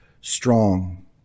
strong